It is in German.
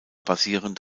basierend